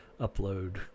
upload